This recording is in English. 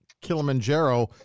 Kilimanjaro